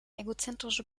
egozentrische